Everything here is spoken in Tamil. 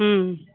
ம்